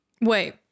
Wait